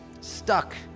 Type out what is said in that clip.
stuck